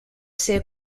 ser